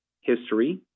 history